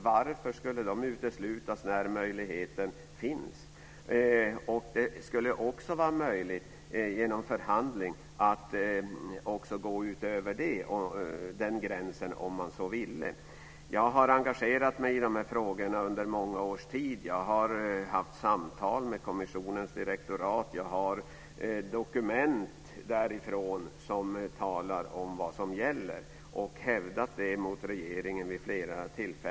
Varför skulle de uteslutas när möjligheten finns? Genom en förhandling skulle man också kunna gå över gränsen, om man så ville. Jag har engagerat mig i dessa frågor under många års tid. Jag har fört samtal med kommissionens direktorat. Jag har dokument därifrån som anger vad som gäller, och detta har jag hävdat för regeringen vid flera tillfällen.